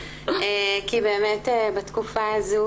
כי באמת בתקופה הזאת,